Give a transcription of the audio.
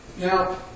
Now